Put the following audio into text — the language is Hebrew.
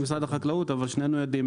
אני משרד החקלאות, אבל שנינו יודעים